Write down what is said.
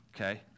okay